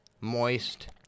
moist